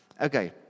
Okay